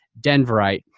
Denverite